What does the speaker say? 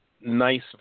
nice